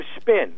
spin